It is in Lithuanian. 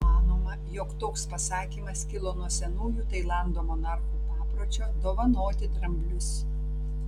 manoma jog toks pasakymas kilo nuo senųjų tailando monarchų papročio dovanoti dramblius